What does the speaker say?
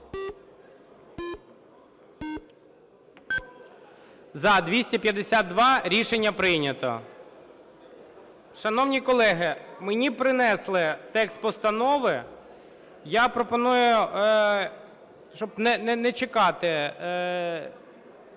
За-252 Рішення прийнято. Шановні колеги, мені принесли текст постанови. Я пропоную, щоб не чекати…